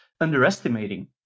underestimating